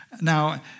Now